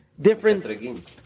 different